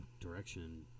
direction